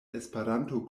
esperanto